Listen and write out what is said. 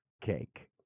cake